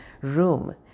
room